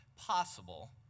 possible